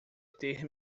ter